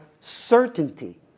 certainty